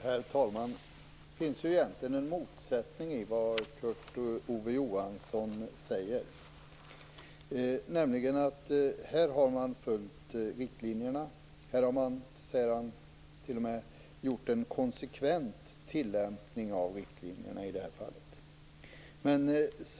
Herr talman! Det finns egentligen en motsättning i vad Kurt Ove Johansson säger. Här har man följt riktlinjerna, säger han. Man har t.o.m. gjort en konsekvent tillämpning av riktlinjerna i det här fallet.